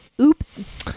Oops